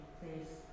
please